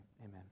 Amen